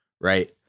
right